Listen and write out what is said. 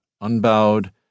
unbowed